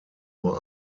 nur